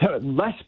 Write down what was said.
Less